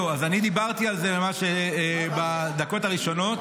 אני דיברתי על זה בדקות הראשונות.